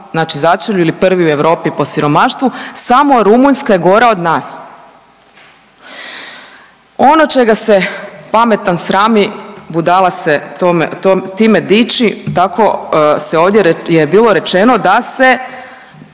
začelju ili prvi u Europi po siromaštvu, samo Rumunjska je gora od nas. Ono čega se pametan srami, budala se tome, tom, time diči, tako se ovdje, je bilo rečeno da se